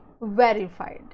verified